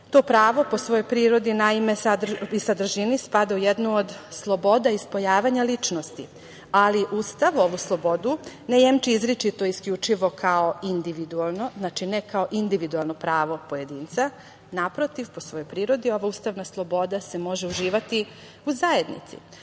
To pravo po svoj prirodi i sadržini spada u jednu od sloboda ispoljavanja ličnosti, ali Ustav ovu slobodu ne jemči izričito i isključivo kao individualno, znači ne kao individualno pravo pojedinca. Naprotiv, po svojoj prirodi ova ustavna sloboda se može uživati u zajednici,